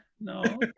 no